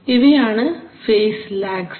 ഇവയാണ് phase lags